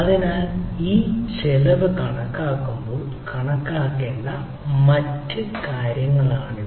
അതിനാൽ ഈ ചെലവ് കണക്കാക്കുമ്പോൾ കണക്കാക്കേണ്ട മറ്റ് കാര്യങ്ങളാണിവ